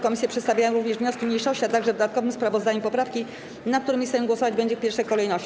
Komisje przedstawiają również wnioski mniejszości, a także, w dodatkowym sprawozdaniu, poprawki, nad którymi Sejm głosować będzie w pierwszej kolejności.